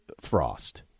Frost